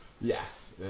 Yes